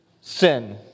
sin